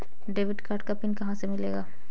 Debit card का PIN कहां से मिलेगा?